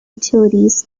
utilities